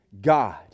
God